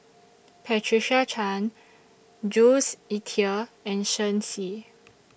Patricia Chan Jules Itier and Shen Xi